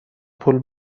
پول